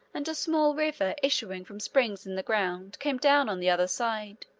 and a small river, issuing from springs in the ground, came down on the other side.